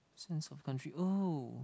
sense of country oh